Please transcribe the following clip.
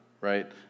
right